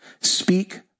Speak